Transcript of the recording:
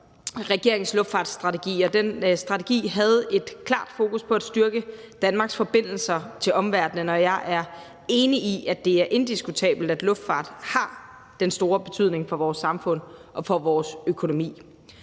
regerings luftfartsstrategi. Den strategi havde et klart fokus på at styrke Danmarks forbindelser til omverdenen, og jeg er enig i, at det er indiskutabelt, at luftfart har meget stor betydning for vores samfund og for vores økonomi,